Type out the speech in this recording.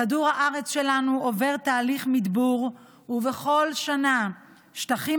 כדור הארץ שלנו עובר תהליך מדבור ובכל שנה שטחים